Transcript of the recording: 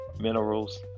minerals